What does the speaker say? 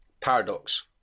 Paradox